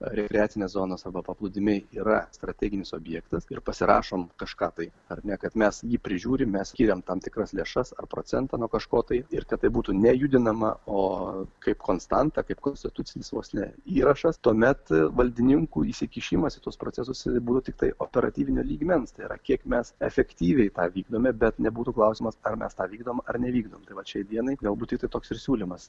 rekreacinės zonos arba paplūdimiai yra strateginis objektas ir pasirašome kažką tai ar ne kad mes jį prižiūrimmes skiriam tam tikras lėšas ar procentą nuo kažko tai ir tatai būtų nejudinama o kaip konstantą kaip konstitucinis vos ne įrašas tuomet valdininkų įsikišimas į tuos procesus būtų tiktai operatyvinio lygmens tai yra kiek mes efektyviai tą vykdome bet nebūtų klausimas ar mes tą vykdom ar nevykdom tai vat šiai dienai galbūt toks siūlymas